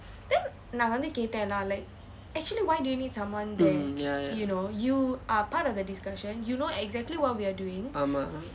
mm ya ya ஆமாம்:aamaam